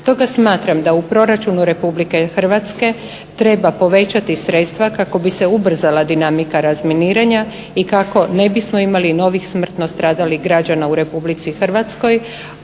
Stoga smatram da u proračunu Republike Hrvatske treba povećati sredstva kako bi se ubrzala dinamika razminiranja i kako ne bismo imali novih smrtno stradalih građana u Republici Hrvatskoj,